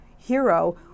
Hero